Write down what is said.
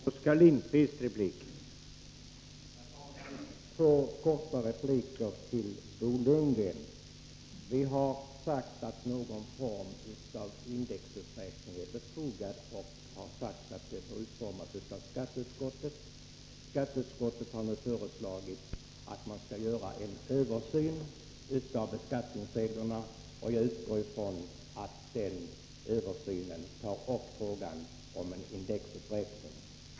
Herr talman! Jag har två korta repliker till Bo Lundgren. Vi har sagt att någon form av indexuppräkning är befogad, och vi har sagt att denna får utformas av skatteutskottet. Skatteutskottet har nu föreslagit att man skall göra en översyn av beskattningsreglerna, och jag utgår från att denna kommer att ta upp frågan om en indexuppräkning.